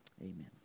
Amen